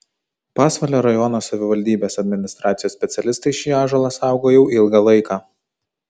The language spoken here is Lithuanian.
pasvalio rajono savivaldybės administracijos specialistai šį ąžuolą saugo jau ilgą laiką